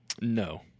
No